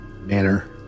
manner